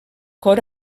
cor